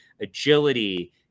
agility